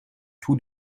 tout